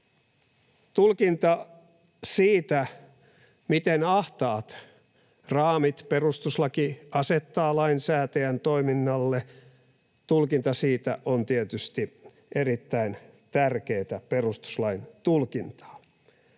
Tulkinta siitä, miten ahtaat raamit perustuslaki asettaa lainsäätäjän toiminnalle, on tietysti erittäin tärkeätä perustuslain tulkintaa.